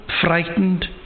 frightened